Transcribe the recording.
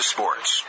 Sports